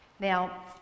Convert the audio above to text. Now